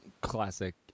classic